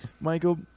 Michael